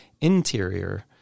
interior